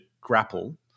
grapple